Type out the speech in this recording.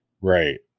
Right